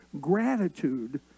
gratitude